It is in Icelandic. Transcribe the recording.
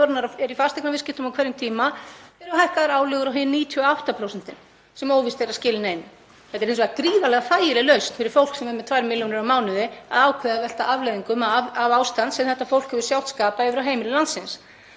eru í fasteignaviðskiptum á hverjum tíma — eru álögur hækkaðar á hin 98%, sem óvíst er að skili neinu. Þetta er hins vegar gríðarlega þægileg lausn fyrir fólk sem er með 2 milljónir á mánuði, að ákveða að velta afleiðingum af ástandi sem þetta fólk hefur sjálft skapað yfir á heimili landsins